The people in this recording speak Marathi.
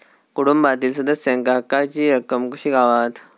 कुटुंबातील सदस्यांका हक्काची रक्कम कशी गावात?